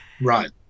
right